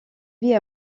vie